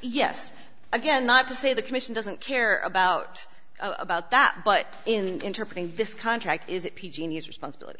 yes again not to say the commission doesn't care about about that but in interpreting this contract is it p g and e s responsibility